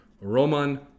Roman